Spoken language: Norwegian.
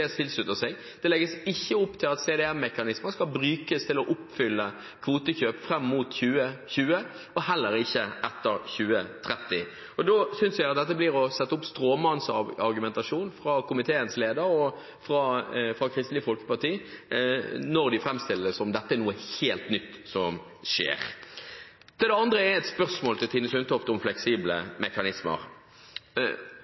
skal brukes til å oppfylle kvotekjøp fram mot 2020, og heller ikke etter 2030. Da synes jeg det er stråmannsargumentasjon fra komiteens leder og fra Kristelig Folkeparti når de framstiller det som at dette er noe helt nytt. Videre har jeg et spørsmål til Tine Sundtoft om fleksible mekanismer.